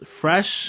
fresh